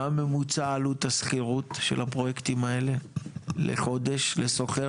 מה ממוצע עלות השכירות של הפרויקטים האלה לחודש לשוכר?